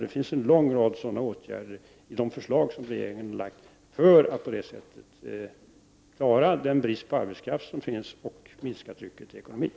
Det finns en lång rad sådana åtgärder i de förslag som regeringen har lagt fram för att kunna klara bristen på arbetskraft och minska trycket i ekonomin.